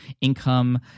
income